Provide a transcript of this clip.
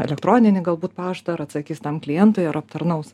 elektroninį galbūt paštą ar atsakys tam klientui ar aptarnaus